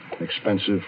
expensive